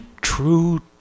true